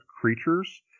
creatures